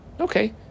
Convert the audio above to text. Okay